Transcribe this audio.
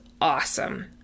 awesome